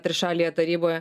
trišalėje taryboje